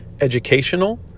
educational